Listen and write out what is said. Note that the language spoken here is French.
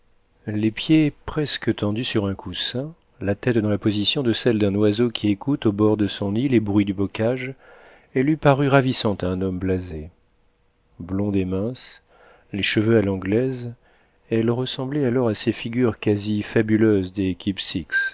les pieds presque tendus sur un coussin la tête dans la position de celle d'un oiseau qui écoute au bord de son nid les bruits du bocage elle eût paru ravissante à un homme blasé blonde et mince les cheveux à l'anglaise elle ressemblait alors à ces figures quasi fabuleuses